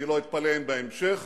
אני לא אתפלא אם בהמשך